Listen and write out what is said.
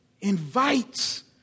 invites